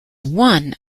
one